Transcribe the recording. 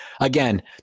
again